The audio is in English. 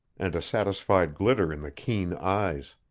and a satisfied glitter in the keen eyes.